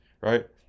right